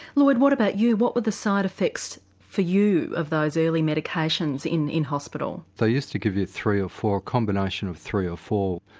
lloyd, what about you, what were the side effects for you of those early medications in in hospital? they used to give you three or four a combination of three or four.